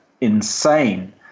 insane